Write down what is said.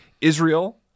Israel